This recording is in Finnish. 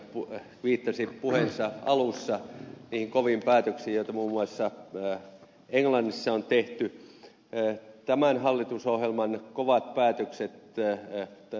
lauslahti viittasi puheensa alussa niihin koviin päätöksiin joita muun muassa englannissa on tehty en tämän hallitusohjelman kovaa päätöksiä työ ette